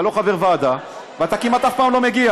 אתה לא חבר ועדה ואתה כמעט לא מגיע.